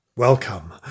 Welcome